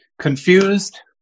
confused